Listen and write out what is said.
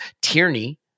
Tierney